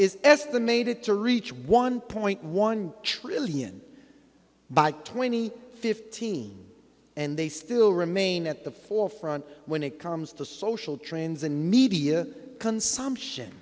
needed to reach one point one trillion by twenty fifteen and they still remain at the forefront when it comes to social trends and media consumption